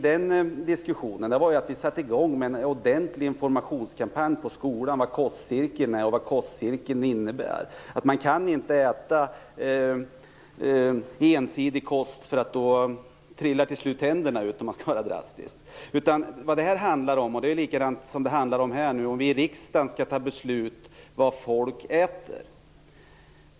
Det vi gjorde var att vi satte i gång med en ordentlig informationskampanj på skolan om vad kostcirkeln är och vad kostcirkeln innebär: Man kan inte äta ensidig kost, för då trillar tänderna ut till slut, för att formulera det drastiskt. På samma sätt handlar det här om huruvida vi i riksdagen skall fatta beslut om vad folk skall äta.